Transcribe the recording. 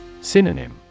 Synonym